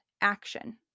action